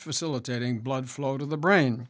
facilitating blood flow to the brain